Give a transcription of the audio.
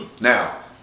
now